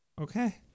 Okay